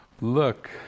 look